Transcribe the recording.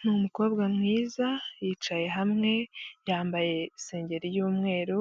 Ni umukobwa mwiza, yicaye hamwe, yambaye isengeri y'umweru,